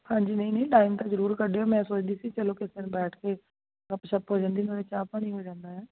ਹਾਂਜੀ ਨਹੀਂ ਨਹੀਂ ਟਾਈਮ ਤਾਂ ਜ਼ਰੂਰ ਕੱਢਿਓ ਮੈਂ ਸੋਚਦੀ ਸੀ ਚਲੋ ਕਿਸੇ ਦਿਨ ਬੈਠ ਕੇ ਗੱਪ ਛਪ ਹੋ ਜਾਂਦੀ ਨਾਲੇ ਚਾਹ ਪਾਣੀ ਹੋ ਜਾਂਦਾ ਆ